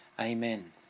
Amen